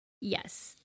Yes